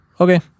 okay